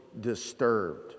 disturbed